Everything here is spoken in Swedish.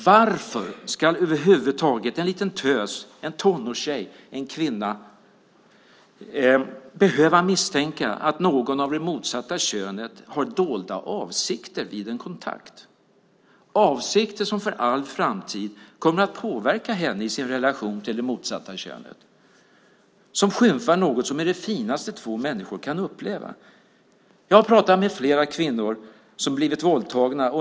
Varför ska över huvud taget en liten tös, en tonårstjej eller en kvinna behöva misstänka att någon av det motsatta könet har dolda avsikter vid en kontakt? Det är avsikter som för all framtid kommer att påverka henne i hennes relation till det motsatta könet och som skymfar något som är det finaste två människor kan uppleva. Jag har pratat med flera kvinnor som har blivit våldtagna.